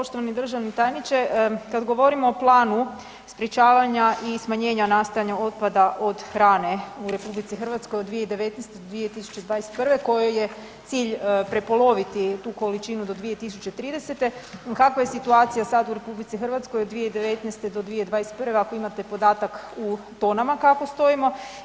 Poštovani državni tajniče, kad govorimo o planu sprječavanja i smanjenja nastajanja otpada od hrane u RH od 2019. do 2021. kojoj je cilj prepoloviti tu količinu do 2030. kakva je situacija sad u RH od 2019. do 2012. ako imate podatak u tonama kako stojimo.